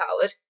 powered